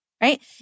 right